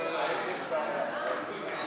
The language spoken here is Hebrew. ההצעה להעביר את